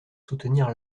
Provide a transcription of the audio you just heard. soutenir